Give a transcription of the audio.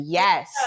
yes